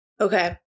Okay